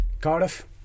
Cardiff